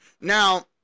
Now